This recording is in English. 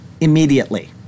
immediately